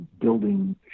building